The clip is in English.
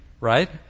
right